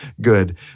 good